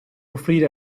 offrire